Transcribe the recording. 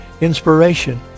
inspiration